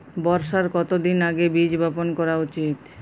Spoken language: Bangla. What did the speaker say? বর্ষার কতদিন আগে বীজ বপন করা উচিৎ?